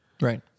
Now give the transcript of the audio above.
Right